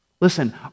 Listen